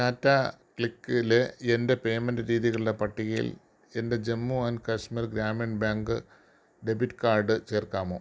ടാറ്റാ ക്ലിക്കിലെ എൻ്റെ പേയ്മെൻ്റ് രീതികളുടെ പട്ടികയിൽ എൻ്റെ Jammu and Kashmir Grameen Bank debit card ചേർക്കാമോ